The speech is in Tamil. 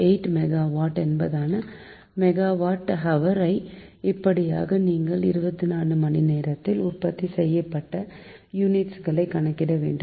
8 மெகா வாட் என்பதான மெகா வாட் ஹவர் ஐ இப்படியாக நீங்கள் 24 மணி நேரத்தில் உற்பத்தி செய்யப்பட்ட யூனிட்ஸ் களை கணக்கிட வேண்டும்